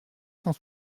cent